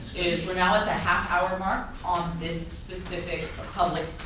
is we're now at the half hour mark on this specific public